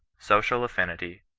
social affinitj,